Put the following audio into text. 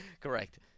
Correct